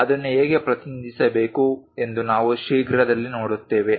ಅದನ್ನು ಹೇಗೆ ಪ್ರತಿನಿಧಿಸಬೇಕು ಎಂದು ನಾವು ಶೀಘ್ರದಲ್ಲೇ ನೋಡುತ್ತೇವೆ